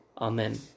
Amen